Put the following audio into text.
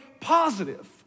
positive